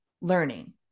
learning